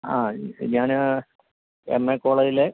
ആ ഞാന് M A കോളേജിലെ